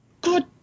good